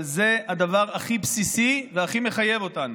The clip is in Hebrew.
אבל זה הדבר הכי בסיסי והכי מחייב אותנו.